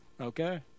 Okay